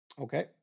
Okay